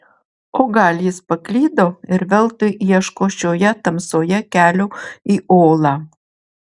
o gal jis paklydo ir veltui ieško šioje tamsoje kelio į olą